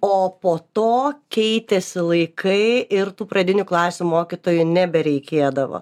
o po to keitėsi laikai ir tų pradinių klasių mokytojų nebereikėdavo